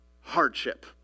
hardship